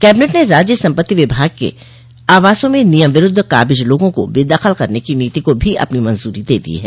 cabinet ने राज्य सम्पत्ति विभाग के आवासों में नियम विरूद्ध काबिज लोगों को बेदखल करने की नीति को भी अपनी मंजूरी दे दी है